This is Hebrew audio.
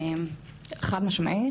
חד משמעית,